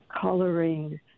coloring